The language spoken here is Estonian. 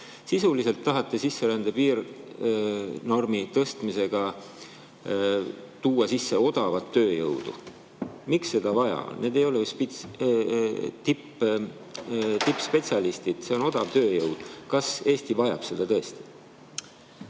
Sisuliselt tahate te sisserände piirnormi tõstmisega tuua sisse odavat tööjõudu. Miks seda vaja on? Nad ei ole ju tippspetsialistid, vaid odav tööjõud. Kas Eesti tõesti